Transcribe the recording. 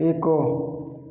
ଏକ